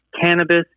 cannabis